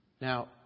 Now